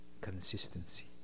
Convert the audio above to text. Consistency